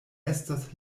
estas